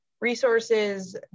resources